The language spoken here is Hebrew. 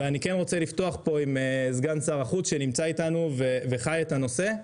אני רוצה לפתוח עם סגן שר החוץ שנמצא איתנו וחי את הנושא.